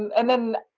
and then,